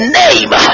name